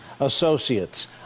associates